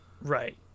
Right